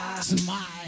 Smile